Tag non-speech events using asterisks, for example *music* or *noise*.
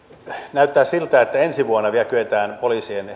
näyttää siltä että ensi vuonna vielä kyetään poliisien *unintelligible*